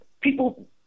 people